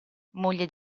moglie